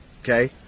Okay